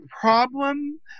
problem